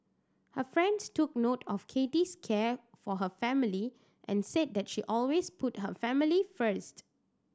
her friends took note of Kathy's care for her family and said that she always put her family first